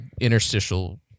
interstitial